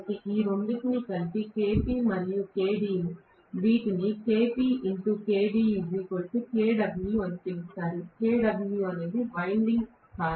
కాబట్టి ఈ రెండింటినీ కలిపి అంటే Kp మరియు Kd వీటిని అని పిలుస్తారు Kw ఇది వైండింగ్ కారకం